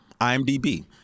IMDb